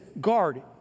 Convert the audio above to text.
Guard